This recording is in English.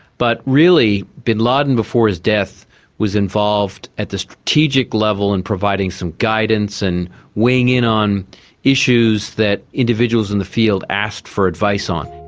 but really bin laden before his death was involved at the strategic level in providing some guidance and weighing in on issues that individuals in the field asked for advice on.